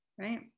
right